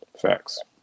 facts